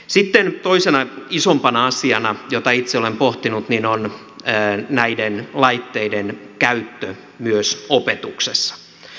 sitten toinen isompi asia jota itse olen pohtinut on näiden laitteiden käyttö myös opetuksessa